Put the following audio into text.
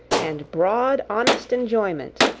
and broad, honest enjoyment,